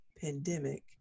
pandemic